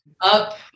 up